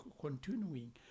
continuing